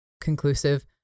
conclusive